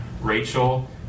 Rachel